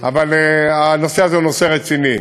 אבל הנושא הזה הוא נושא רציני.